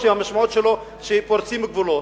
אפילו שהמשמעות שלו היא שפורצים גבולות,